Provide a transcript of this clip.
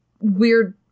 weird